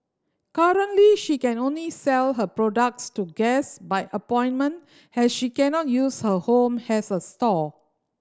currently she can only sell her products to guests by appointment has she cannot use her home as a store